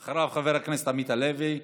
אחריו, חבר הכנסת עמית הלוי.